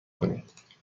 کنید